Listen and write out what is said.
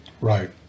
Right